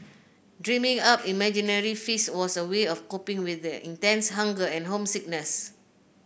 dreaming up imaginary feasts was a way of coping with the intense hunger and homesickness